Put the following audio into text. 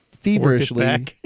feverishly